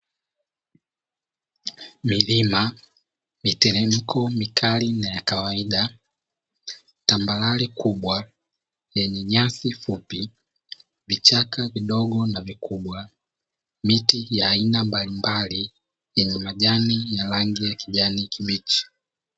Milima, miteremko mikali na ya kawaida, tambarare kubwa lenye nyasi fupi, vichaka vidogo na vikubwa, miti ya aina mbalimbali yenye majani ya rangi ya kijani kibichi.